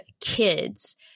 Kids